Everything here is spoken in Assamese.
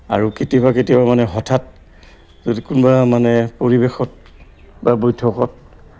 আৰু কেতিয়াবা কেতিয়াবা মানে হঠাৎ যদি কোনোবা মানে পৰিৱেশত বা বৈঠকত